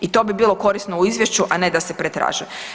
I to bi bilo korisno u izvješću, a ne da se pretražuje.